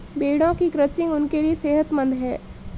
भेड़ों की क्रचिंग उनके लिए सेहतमंद है